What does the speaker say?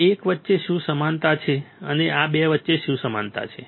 આ એક વચ્ચે શું સમાનતા છે અને આ 2 વચ્ચે શું સમાનતા છે